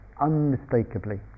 unmistakably